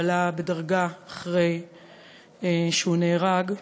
הוא הועלה בדרגה אחרי שהוא נהרג,